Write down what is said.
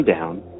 down